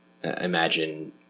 Imagine